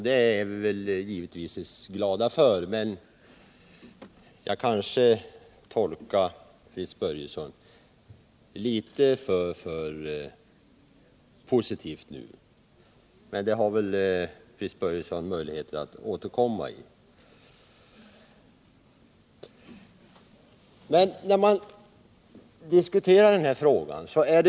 Det är vi givetvis glada för, men jag kanske tolkar Fritz Börjessons yttrande litet för positivt. Fritz Börjesson har ju möjlighet att återkomma.